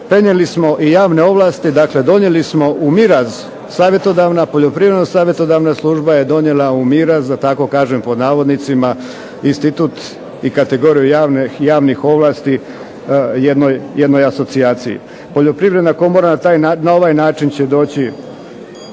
prenijeli smo i javne ovlasti. Dakle, donijeli smo u miraz savjetodavna, Poljoprivredno savjetodavna služba je donijela u miraz da tako kažem pod navodnicima institut i kategoriju javnih ovlasti jednoj asocijaciji. Poljoprivredna komora na ovaj način će doći